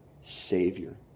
Savior